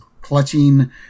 clutching